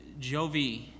Jovi